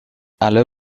alle